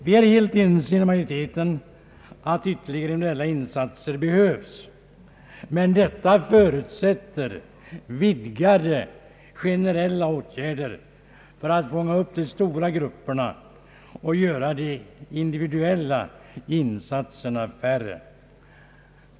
Vi är helt ense i majoriteten om att ytterligare reella insatser behövs, men detta förutsätter vidgade generella åtgärder för att fånga upp de stora grupperna och göra de individuella insatserna färre.